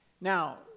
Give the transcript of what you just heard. Now